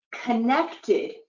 connected